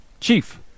Chief